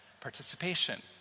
participation